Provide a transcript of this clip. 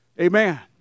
Amen